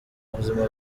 buzima